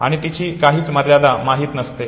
आणि तिची काहीच मर्यादा माहित नसते